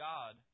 God